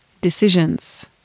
decisions